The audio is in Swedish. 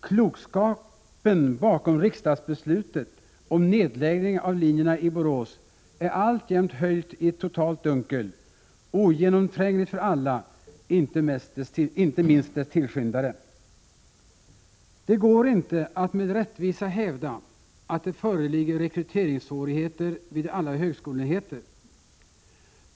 Klokskapen bakom riksdagsbeslutet om nedläggning av linjerna i Borås är alltjämt höljt i ett totalt dunkel, ogenomträngligt för alla, inte minst dess tillskyndare. Det går inte att med rättvisa hävda att det föreligger rekryteringssvårigheter vid alla högskoleenheter.